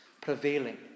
prevailing